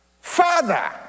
father